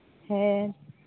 ᱦᱮᱸ